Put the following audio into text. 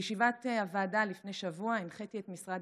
בישיבת הוועדה לפני שבוע הנחיתי את משרד